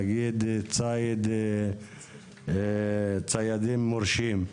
נגיד ציידים מורשים וכו'.